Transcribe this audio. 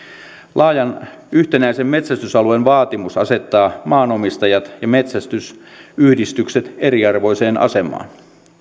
laajan yhtenäisen metsästysalueen vaatimus asettaa maanomistajat ja metsästysyhdistykset eriarvoiseen asemaan